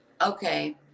Okay